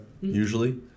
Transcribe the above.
usually